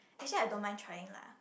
actually I don't mind trying lah